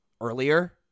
earlier